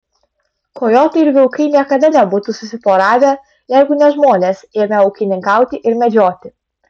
kojotai ir vilkai niekada nebūtų susiporavę jeigu ne žmonės ėmę ūkininkauti ir medžioti